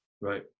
Right